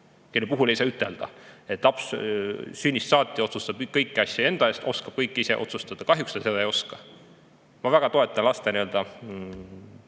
kelle puhul ei saa ütelda, et laps sünnist saati otsustab kõiki asju enda eest ise, oskab kõike ise otsustada. Kahjuks ta seda ei oska. Ma väga toetan laste arvamusega